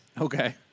Okay